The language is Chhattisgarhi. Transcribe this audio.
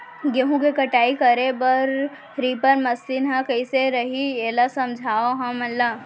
गेहूँ के कटाई करे बर रीपर मशीन ह कइसे रही, एला समझाओ हमन ल?